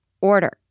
order